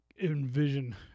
envision